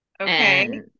Okay